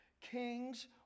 kings